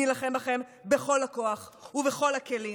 נילחם בכם בכל הכוח ובכל הכלים